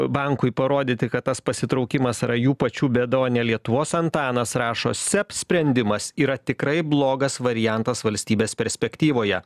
bankui parodyti kad tas pasitraukimas yra jų pačių bėda o ne lietuvos antanas rašo seb sprendimas yra tikrai blogas variantas valstybės perspektyvoje